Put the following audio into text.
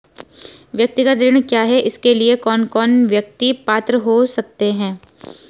व्यक्तिगत ऋण क्या है इसके लिए कौन कौन व्यक्ति पात्र हो सकते हैं?